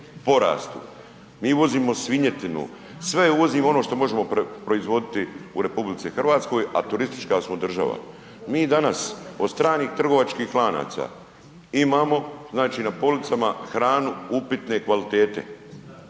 porastu, mi uvozimo svinjetinu, sve uvozimo ono što možemo proizvoditi u RH a turistička smo država. Mi danas od stranih trgovačkih lanaca imamo znači na policama hranu upitne kvalitete